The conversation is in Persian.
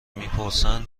میپرسن